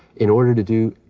in order to do,